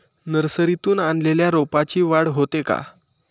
नर्सरीतून आणलेल्या रोपाची वाढ होते का?